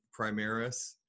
Primaris